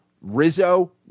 Rizzo